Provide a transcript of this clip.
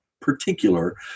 particular